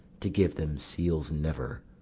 to give them seals never,